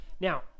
Now